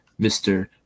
Mr